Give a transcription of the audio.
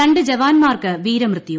രണ്ട് ജവാൻമാർക്ക് വീരമൃത്യു